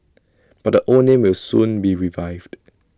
but the old name will soon be revived